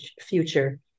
future